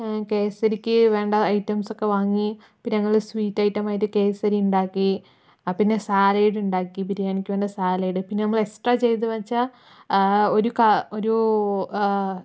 കേസരിക്ക് വേണ്ട ഐറ്റംസ് ഒക്കെ വാങ്ങി പിന്നെ നമ്മള് സ്വീറ്റ് ഐറ്റം ആയിട്ട് കേസരി ഉണ്ടാക്കി ആ പിന്നെ സാലഡ് ഉണ്ടാക്കി ബിരിയാണിക്ക് വേണ്ട സാലഡ് പിന്നെ നമ്മൾ എക്സ്ട്രാ ചെയ്തു വെച്ച ഒരു ഒരു